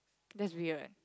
that's weird